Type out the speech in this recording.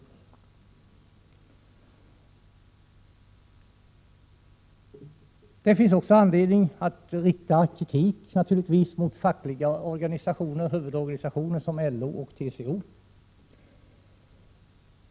Det finns naturligtvis också anledning att rikta kritik mot fackliga huvudorganisationer som LO och TCO.